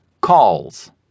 Calls